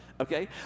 Okay